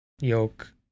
Yolk